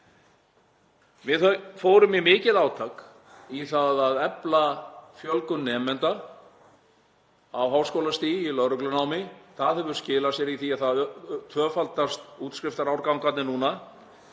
Við fórum í mikið átak í að fjölga nemendum á háskólastigi í lögreglunámi. Það hefur skilað sér í því að það tvöfaldast útskriftarárgangarnir núna.